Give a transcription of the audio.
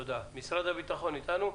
משרד הביטחון אתנו?